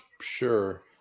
sure